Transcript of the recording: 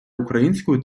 українською